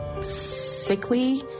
sickly